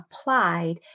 applied